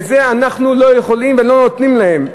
ואת זה אנחנו לא יכולים ולא נותנים להם.